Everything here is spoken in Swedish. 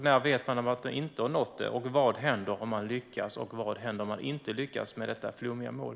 Hur vet man att man inte har nått det? Vad händer om man lyckas? Vad händer om man inte lyckas med detta flummiga mål?